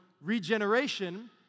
regeneration